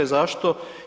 Zašto?